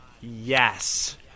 Yes